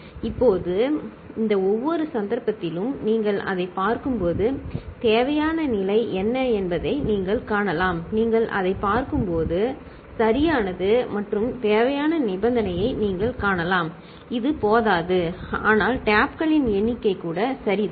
இப்போது இந்த ஒவ்வொரு சந்தர்ப்பத்திலும் நீங்கள் அதைப் பார்க்கும்போது சரி தேவையான நிலை என்ன என்பதை நீங்கள் காணலாம் அது போதாது நீங்கள் அதைப் பார்க்கும்போது சரியானது மற்றும் தேவையான நிபந்தனையை நீங்கள் காணலாம் இது போதாது ஆனால் டேப்களின் எண்ணிக்கை கூட சரிதான்